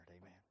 Amen